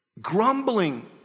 Grumbling